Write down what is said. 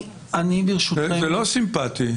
זה לא סימפטי.